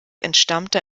entstammte